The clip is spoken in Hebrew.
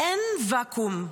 אין ואקום,